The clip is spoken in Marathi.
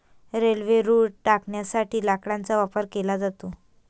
रेल्वे रुळ टाकण्यासाठी लाकडाचा वापर केला जातो